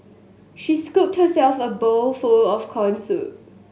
she scooped herself a bowl for of corn soup